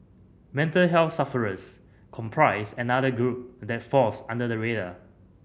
mental health sufferers comprise another group that falls under the radar